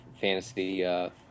fantasy